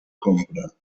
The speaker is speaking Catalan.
compra